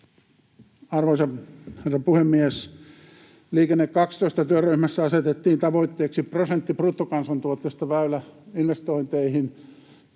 Arvoisa herra puhemies! Liikenne 12 -työryhmässä asetettiin tavoitteeksi prosentti bruttokansantuotteesta väyläinvestointeihin.